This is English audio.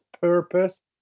purpose